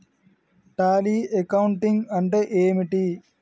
Tally accounting అంటే ఏమిటి?